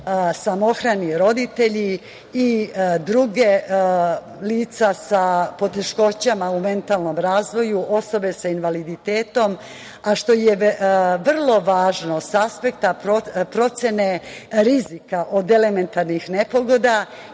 samohrani roditelji i druga lica sa poteškoćama u mentalnom razvoju, osobe sa invaliditetom, a što je vrlo važno sa aspekta procene rizika od elementarnih nepogoda